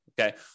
Okay